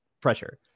pressure